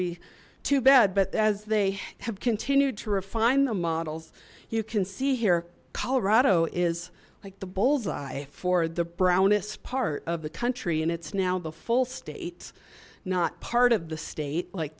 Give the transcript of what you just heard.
a be too bad but as they have continued to refine the models you can see here colorado is like the bullseye for the brownest part of the country and it's now the full state not part of the state like